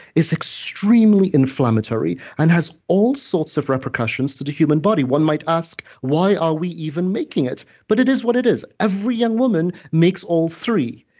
is extremely inflammatory and has all sorts of repercussions to the human body. one might ask, why are we even making it? but it is what it is. every young woman makes all three.